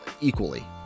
equally